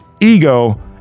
ego